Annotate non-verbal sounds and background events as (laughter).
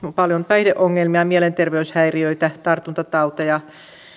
(unintelligible) on paljon päihdeongelmia mielenterveyshäiriöitä tartuntatauteja